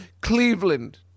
Cleveland